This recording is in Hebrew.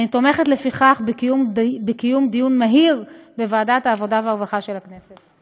אני תומכת לפיכך בקיום דיון מהיר בוועדת העבודה והרווחה של הכנסת.